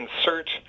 insert